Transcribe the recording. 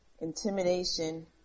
intimidation